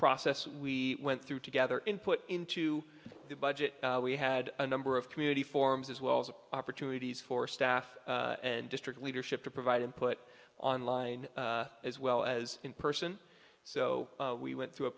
process we went through together input into the budget we had a number of community forms as well as a opportunities for staff and district leadership to provide input online as well as in person so we went through a